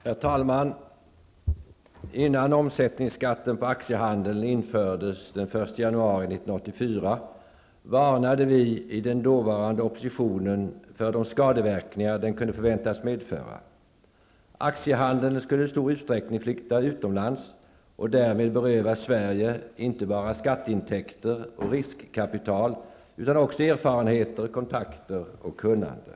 Herr talman! Innan omsättningsskatten på aktiehandeln infördes den 1 januari 1984 varnade vi i den dåvarande oppositionen för de skadeverkningar den kunde förväntas medföra. Aktiehandeln skulle i stor utsträckning flytta utomlands och därmed beröva Sverige inte bara skatteintäkter och riskkapital utan också erfarenheter, kontakter och kunnande.